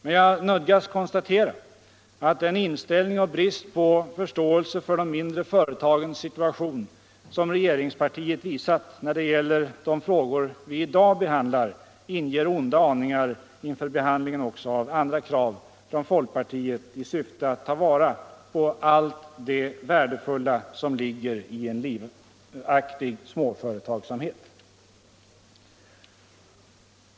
Men jag nödgas konstatera att den inställning och brist på förståelse för de mindre företagens situation som regeringspartiet visar när det gäller de frågor vi i dag behandlar inger onda aningar inför behandlingen också av andra krav från folkpartiet i syfte att ta vara på allt det värdefulla som ligger i en livaktig småföretagsamhet.